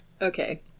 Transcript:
Okay